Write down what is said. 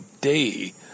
day